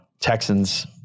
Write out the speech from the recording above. Texans